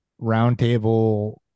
roundtable